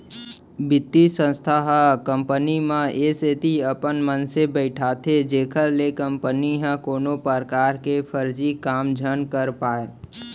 बित्तीय संस्था ह कंपनी म ए सेती अपन मनसे बइठाथे जेखर ले कंपनी ह कोनो परकार के फरजी काम झन कर पाय